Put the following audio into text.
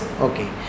okay